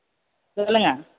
சொல்லுங்கள்